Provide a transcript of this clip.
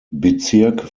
bezirk